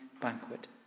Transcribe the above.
banquet